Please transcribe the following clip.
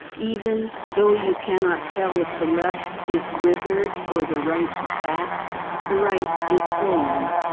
even though you cannot tell if the left is withered or the right fat the right is swollen.